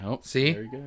see